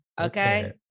okay